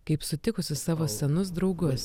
kaip sutikusi savo senus draugus